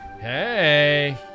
hey